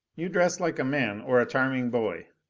you dress like a man or a charming boy.